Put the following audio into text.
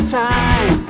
time